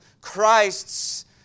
Christ's